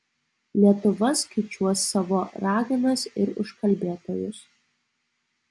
lietuva skaičiuos savo raganas ir užkalbėtojus